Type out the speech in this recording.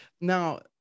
now